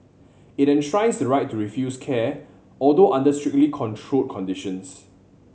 it enshrines right to refuse care although under strictly controlled conditions